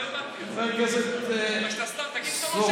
חבר הכנסת סובה,